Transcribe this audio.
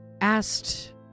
asked